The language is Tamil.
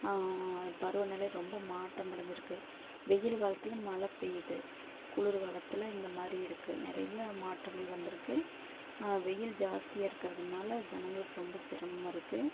பருவ நிலை ரொம்ப மாற்றம் அடைஞ்சுருக்கு வெயில் காலத்தில் மழை பெய்யுது குளிர் காலத்தில் இந்த மாதிரி இருக்கு நிறையா மாற்றங்கள் வந்துருக்கு வெயில் ஜாஸ்தியாக இருக்குறதுனால ஜனங்களுக்கு ரொம்ப சிரமமாகருக்கு